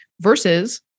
Versus